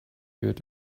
wird